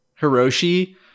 Hiroshi